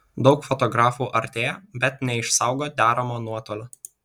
daug fotografų artėja bet neišsaugo deramo nuotolio